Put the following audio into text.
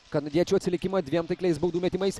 kanadiečių atsilikimą dviem taikliais baudų metimais